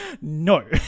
No